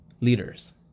leaders